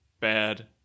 bad